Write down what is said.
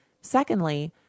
Secondly